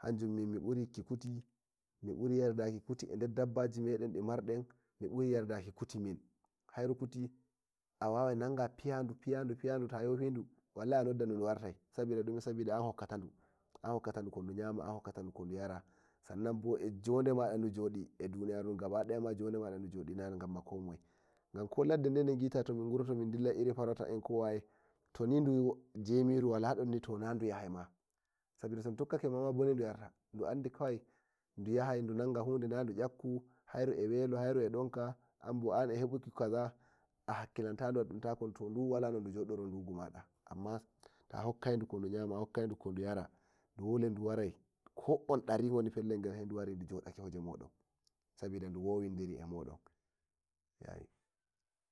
hanjum min miburi yikki kuti mi buriyar daki kuti eh dev dabbaji meden di marden miburi yardaki kuti min hairu kuti a wawai nangadu piyadu piya du a yofaidu wallahi du wartai sabida dume sabida an hokkatadu kodu nyama eh kodu yara sannan bo eh jode mada duwatta eh duniyaru du gaba daya jode mada du watta gan ko ladde de degita tomin gari wurtaki ko farauta dun dungita toni jomiru waladon nima nani du yahai gan sabida to du tokkakemama du andu bone duyarta kawai du yahai du nanga hude nadu yakku hairu e welo eh donka anbo anhebuki kaza a hakkilantadu to wanonu jodoro dugyma amma ta hokkaidu ko du nyama a hokkaidu yara dole du warai ko ondari woni pellel gen saidu ari du jodake hoje modon sabida ɗu wowiri e moɗon.